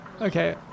Okay